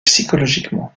psychologiquement